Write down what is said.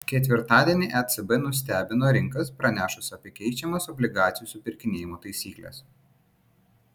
ketvirtadienį ecb nustebino rinkas pranešus apie keičiamas obligacijų supirkinėjimo taisykles